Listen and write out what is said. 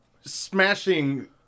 smashing